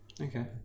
Okay